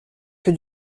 que